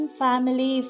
family